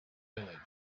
village